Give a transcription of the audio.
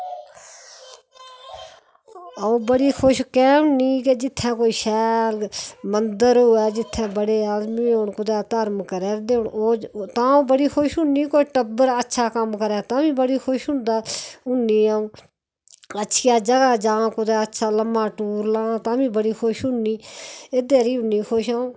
साढ़ै ग्रांऽ ता मज़े गै मज़े न साढ़ै ग्रांऽ मज़े नि होंगन ते फ्ही होने बी कुत्थैं साढ़ै ग्रांऽ अगर तुस ब्याह् गै जाओ नि उत्थे बी बड़ा मज़ा जनानियां इन्नियां सोह्निया घोरियां गांदियां ते मड़द इन्ने सोह्ने डोगरी भाखां लांदे ते इ'यां चाऽ गै करी'जंदा जे तुस इत्थां उट्ठो गै नि ते एह् रात नि मुक्कै ते एह् घोरियां नि मुक्कन इना नियां सोह्नियां फराटियां आहा